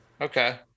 Okay